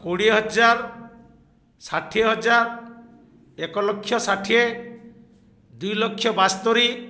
କୋଡ଼ିଏ ହଜାର ଷାଠିଏ ହଜାର ଏକ ଲକ୍ଷ ଷାଠିଏ ଦୁଇ ଲକ୍ଷ ବାସ୍ତରି